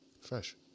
fresh